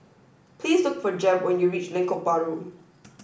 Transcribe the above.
please look for Jeb when you reach Lengkok Bahru